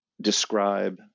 describe